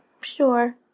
Sure